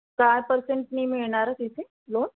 काय परर्सेंटनी मिळणार तिथे लोन